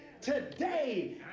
today